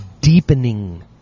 deepening